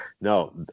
No